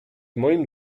moim